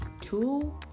two